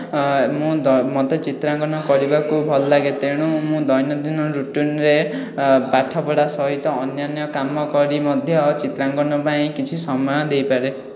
ମୁଁ ମଧ୍ୟ ଚିତ୍ରାଙ୍କନ କରିବାକୁ ଭଲ ଲାଗେ ତେଣୁ ମୁଁ ଦୈନନ୍ଦିନ ରୁଟିନ୍ ରେ ପାଠପଢ଼ା ସହିତ ଅନ୍ୟାନ୍ୟ କାମ କରି ମଧ୍ୟ ଚିତ୍ରାଙ୍କନ ପାଇଁ କିଛି ସମୟ ଦେଇପାରେ